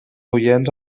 oients